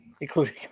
Including